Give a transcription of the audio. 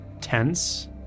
tense